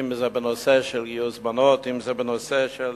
אם בנושא של גיוס בנות, אם בנושא של